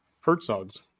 Hertzog's